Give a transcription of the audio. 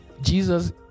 Jesus